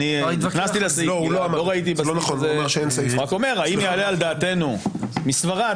זה לא נכון, הוא אמר שאין סעיף כזה.